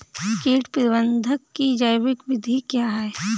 कीट प्रबंधक की जैविक विधि क्या है?